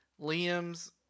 Liam's